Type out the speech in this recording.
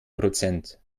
prozent